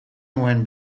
nuen